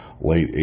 late